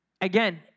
again